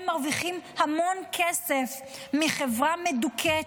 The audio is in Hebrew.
הם מרוויחים המון כסף מחברה מדוכאת,